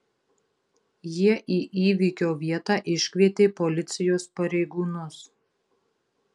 jie į įvykio vietą iškvietė policijos pareigūnus